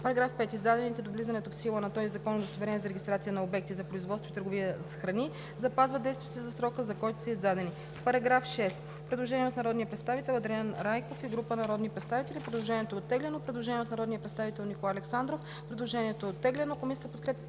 § 5: „§ 5. Издадените до влизането в сила на този закон удостоверения за регистрация на обекти за производство и търговия с храни запазват действието си за срока, за който са издадени.“ По § 6 има предложение от народния представител Андриан Райков и група народни представители. Предложението е оттеглено. Предложение от народния представител Николай Александров. Предложението е оттеглено. Комисията подкрепя